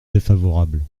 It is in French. défavorable